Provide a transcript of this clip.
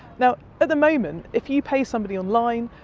now at the moment, if you pay somebody online,